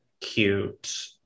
cute